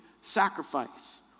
sacrifice